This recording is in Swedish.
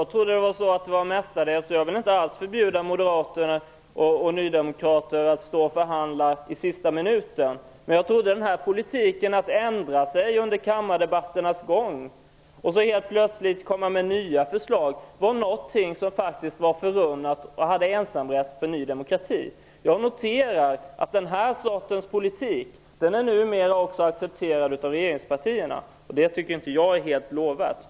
Herr talman! Jag vill inte alls förbjuda moderater och nydemokrater att förhandla i sista minuten. Jag trodde att den politik som innebär att man ändrar sig under kammardebattens gång och helt plötsligt kommer med nya förslag faktiskt var förunnad Ny demokrati. Jag trodde alltså att de har ensamrätt till den politiken. Men jag noterar att den här sortens politik numera också accepteras av regeringspartierna. Det tycker jag inte är helt lovvärt.